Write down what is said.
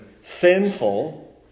sinful